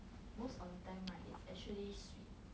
most of the time right it's actually sweet